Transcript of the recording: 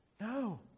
No